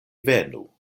venu